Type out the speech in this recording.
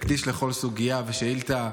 נקדיש לכל סוגיה ושאילתה